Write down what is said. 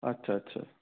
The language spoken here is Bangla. আচ্ছা আচ্ছা